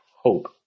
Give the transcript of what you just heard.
hope